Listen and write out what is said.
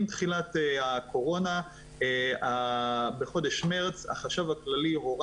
עם תחילת הקורונה בחודש מרץ, החשב הכללי הורה